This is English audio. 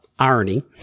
Irony